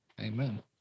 Amen